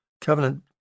covenant